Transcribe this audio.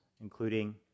including